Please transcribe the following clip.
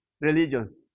religion